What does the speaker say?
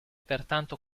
pertanto